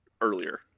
earlier